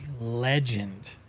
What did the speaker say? legend